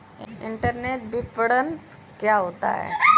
Internet विपणन क्या होता है?